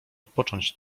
odpocząć